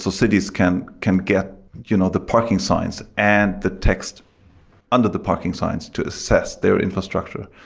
so cities can can get you know the parking signs and the text under the parking signs to assess their infrastructure.